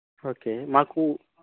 okay మాకు